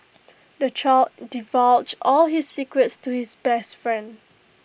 the child divulged all his secrets to his best friend